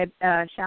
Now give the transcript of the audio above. shout